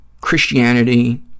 Christianity